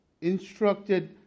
instructed